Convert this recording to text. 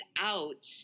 out